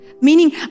meaning